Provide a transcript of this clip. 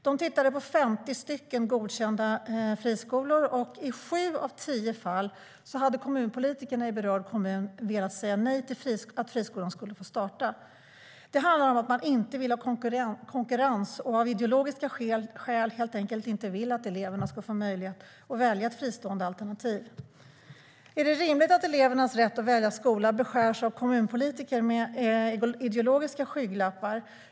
De granskade 50 godkända friskolor, och i sju av tio fall hade kommunpolitikerna i berörd kommun velat säga nej till att friskolan skulle få starta. Det handlar om att man inte vill ha konkurrens och av ideologiska skäl helt enkelt inte vill att eleverna ska få möjlighet att välja ett fristående alternativ. Är det rimligt att elevers rätt att välja skola beskärs av kommunpolitiker med ideologiska skygglappar?